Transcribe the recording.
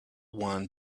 wand